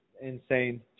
Insane